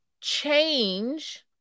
change